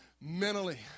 mentally